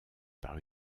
par